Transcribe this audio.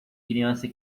criança